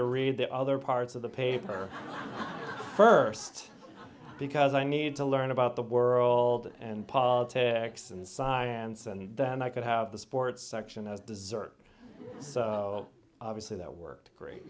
to read the other parts of the paper first because i need to learn about the world and politics and science and then i could have the sports section as dessert so obviously that worked great